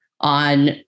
on